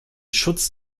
schutz